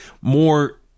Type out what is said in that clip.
more